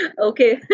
Okay